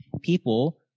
People